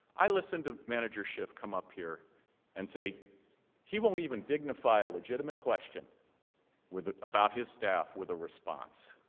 i listened a manager should come up here and say he will and even dignify a legitimate question with about his staff with the response